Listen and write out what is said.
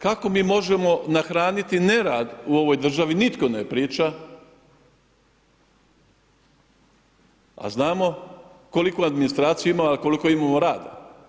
Kako mi možemo nahraniti nerad u ovoj državi nitko ne priča, a znamo koliku administraciju imamo, a koliko imamo rada.